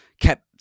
kept